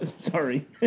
Sorry